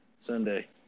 Sunday